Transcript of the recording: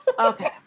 okay